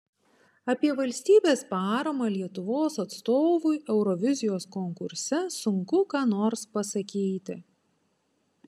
apie valstybės paramą lietuvos atstovui eurovizijos konkurse sunku ką nors pasakyti